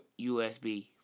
USB